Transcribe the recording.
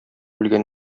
үлгән